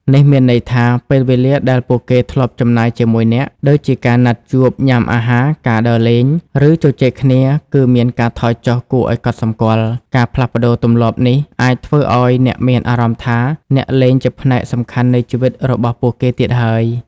នេះមានន័យថា ពេលវេលាដែលពួកគេធ្លាប់ចំណាយជាមួយអ្នក ដូចជាការណាត់ជួបញ៉ាំអាហារ ការដើរលេង ឬជជែកគ្នាគឺមានការថយចុះគួរឲ្យកត់សម្គាល់។ ការផ្លាស់ប្តូរទម្លាប់នេះអាចធ្វើឲ្យអ្នកមានអារម្មណ៍ថា អ្នកលែងជាផ្នែកសំខាន់នៃជីវិតរបស់ពួកគេទៀតហើយ។